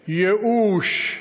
ייאוש,